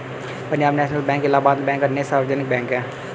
Punjab National Bank Allahabad Bank अन्य सार्वजनिक bank है